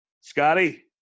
Scotty